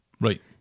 right